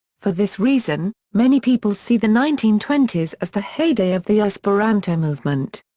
for this reason, many people see the nineteen twenty s as the heyday of the esperanto movement.